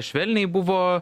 švelniai buvo